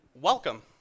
welcome